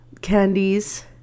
candies